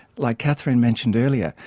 like katherine mentioned earlier,